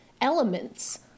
elements